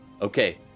Okay